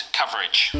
coverage